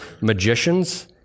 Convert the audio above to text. magicians